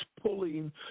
pulling